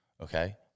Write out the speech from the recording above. Okay